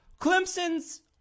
Clemson's